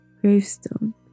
gravestone